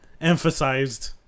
emphasized